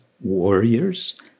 warriors